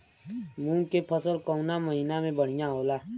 मुँग के फसल कउना महिना में बढ़ियां होला?